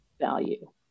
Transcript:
value